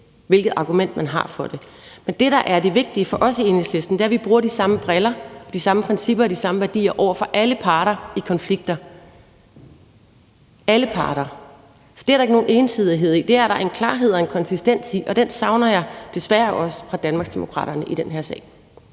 hvilket argument man har for det. Men det, der er det vigtige for os i Enhedslisten, er, at vi bruger de samme briller, de samme principper og de samme værdier over for alle parter i konflikter – alle parter. Det er der ikke nogen ensidighed i. Det er der en klarhed og en konsistens i, og den savner jeg desværre også fra Danmarksdemokraterne i den her sag.